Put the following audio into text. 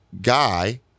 guy